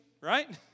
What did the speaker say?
right